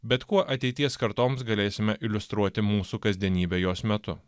bet kuo ateities kartoms galėsime iliustruoti mūsų kasdienybę jos metu